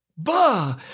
Bah